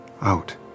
out